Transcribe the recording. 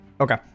Okay